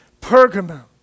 Pergamum